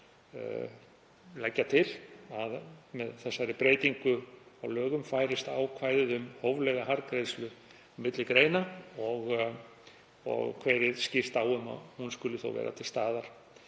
leggja til að með breytingu á lögunum færist ákvæðið um hóflega arðgreiðslu milli greina og kveðið skýrt á um að hún skuli vera til staðar.